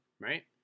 Right